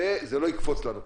וזה לא יקפוץ לנו פתאום?